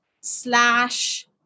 slash